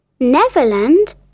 Neverland